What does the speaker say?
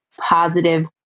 positive